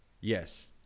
Yes